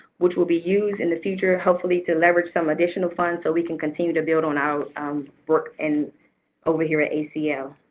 which will be used in the future hopefully to leverage some additional funds so we can continue to build on our work over here at acl.